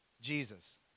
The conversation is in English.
Jesus